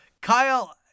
Kyle